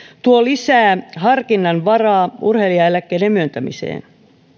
tuo lisää harkinnan varaa urheilijaeläkkeiden myöntämiseen